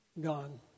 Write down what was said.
gone